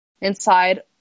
Inside